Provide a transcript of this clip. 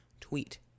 tweet